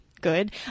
good